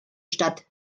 stadt